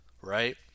right